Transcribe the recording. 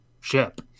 Ship